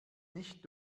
nicht